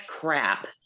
crap